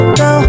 go